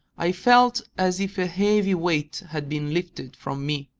i felt as if a heavy weight had been lifted from me,